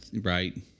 right